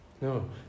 No